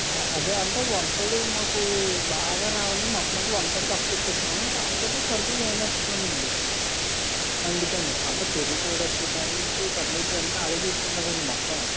అదే అంటే వంటోడు మాకు బాగా రావాలి అని మొత్తం వంటోడికి అప్పచెప్పేసాము కాకపోతే సరుకులు మేమే ఇస్తున్నాం అండి అందుకని పెరుగు తోడుపెట్టే దగ్గర నుంచి అన్నీవాడే చూసుకుంటారు అండి మొత్తం